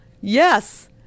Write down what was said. Yes